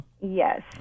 Yes